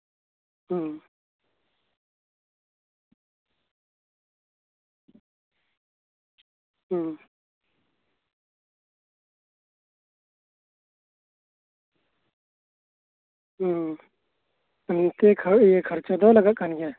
ᱦᱩᱸ ᱱᱤᱝᱠᱟᱹ ᱠᱷᱚᱨᱪᱟ ᱫᱚ ᱞᱟᱜᱟᱜ ᱠᱟᱱ ᱜᱮᱭᱟ